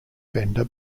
fender